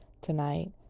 tonight